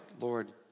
Lord